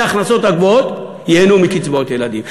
ההכנסות הגבוהות ייהנו מקצבאות ילדים,